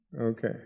Okay